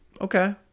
okay